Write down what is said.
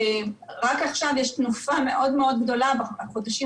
ורק עכשיו יש תנופה מאוד מאוד גדולה בחודשים